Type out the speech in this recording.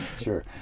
Sure